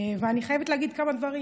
ואני חייבת להגיד כמה דברים.